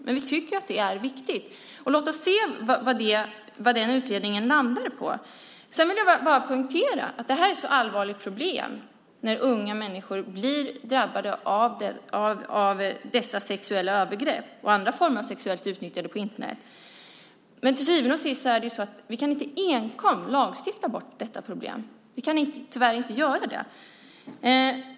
Men vi tycker att det är viktigt. Låt oss se vad den utredningen landar på. Jag vill poängtera att det är ett allvarligt problem när unga människor blir drabbade av dessa sexuella övergrepp och andra former av sexuellt utnyttjande på Internet. Till syvende och sist är det så att vi inte enkom kan lagstifta bort detta problem. Vi kan tyvärr inte göra det.